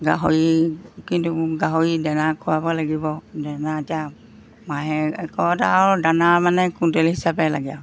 গাহৰি কিন্তু গাহৰি দানা খুৱাব লাগিব দানা এতিয়া মাহে একো এটা আৰু দানা মানে কুইণ্টেল হিচাপে লাগে আৰু